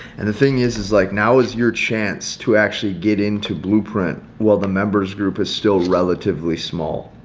and the thing is, is like now is your chance to actually get into blueprint. well, the members group is still relatively small.